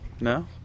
No